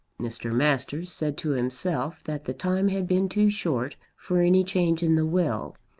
mr. masters said to himself that the time had been too short for any change in the will,